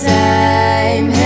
time